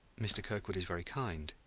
mr. kirkwood is very kind,